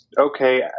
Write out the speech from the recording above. okay